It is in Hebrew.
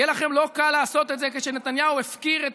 יהיה לכם לא קל לעשות את זה כשנתניהו הפקיר את